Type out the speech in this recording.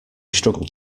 struggled